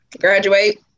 Graduate